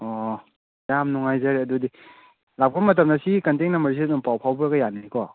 ꯑꯣ ꯌꯥꯝ ꯅꯨꯡꯉꯥꯏꯖꯔꯦ ꯑꯗꯨꯗꯤ ꯂꯥꯛꯄ ꯃꯇꯝꯗ ꯁꯤꯒꯤ ꯀꯟꯇꯦꯛ ꯅꯝꯕꯔꯁꯤꯗ ꯑꯗꯨꯝ ꯄꯥꯎ ꯐꯥꯎꯕꯤꯔꯛꯄ ꯌꯥꯅꯤꯀꯣ